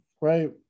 right